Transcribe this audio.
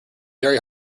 very